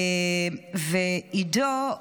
עידו,